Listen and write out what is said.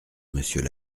monsieur